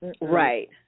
Right